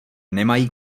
nemají